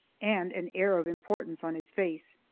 and an air of importance on his face.